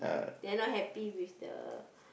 then not happy with the